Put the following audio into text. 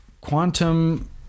quantum